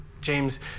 James